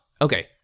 okay